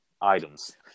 items